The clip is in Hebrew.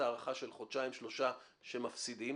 הארכה של כחודשיים-שלושה חודשים ש"מפסידים",